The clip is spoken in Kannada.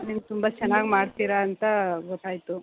ನೀವು ತುಂಬ ಚೆನ್ನಾಗಿ ಮಾಡ್ತೀರಾ ಅಂತ ಗೊತ್ತಾಯಿತು